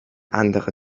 anderer